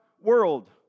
world